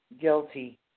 Guilty